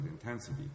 intensity